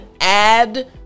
add